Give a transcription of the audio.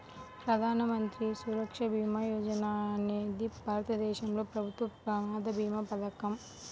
ప్రధాన మంత్రి సురక్ష భీమా యోజన అనేది భారతదేశంలో ప్రభుత్వ ప్రమాద భీమా పథకం